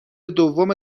دوم